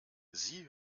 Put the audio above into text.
sie